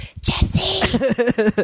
Jesse